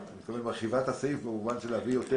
אני מתכוון שאת מרחיבה את הסעיף כדי להביא יותר